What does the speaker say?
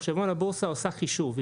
מחשבון הבורסה עושה חישוב,